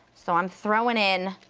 so i'm throwin' in,